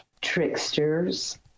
Tricksters